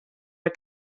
are